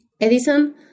Edison